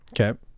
Okay